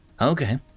Okay